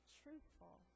truthful